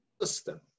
system